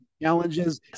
challenges